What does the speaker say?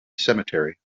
cemetery